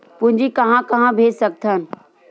पूंजी कहां कहा भेज सकथन?